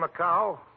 Macau